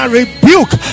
rebuke